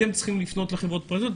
אתם צריכים לפנות לחברות הפרטיות,